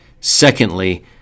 Secondly